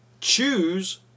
Choose